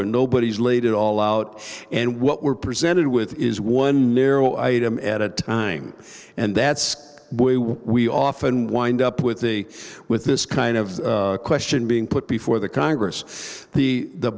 and nobody's laid it all out and what we're presented with is one narrow item at a time and that's we often wind up with a with this kind of question being put before the congress the